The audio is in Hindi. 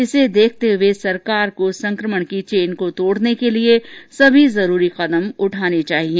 इसे देखते हुये सरकार को तुरन्त संकमण की चेन को तोड़ने के लिए सभी जरूरी कदम उठाने चाहिए